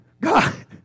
God